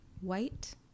white